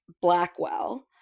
Blackwell